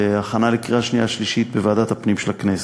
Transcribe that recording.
בהכנה לקריאה שנייה ושלישית בוועדת הפנים של הכנסת,